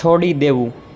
છોડી દેવું